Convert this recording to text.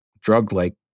drug-like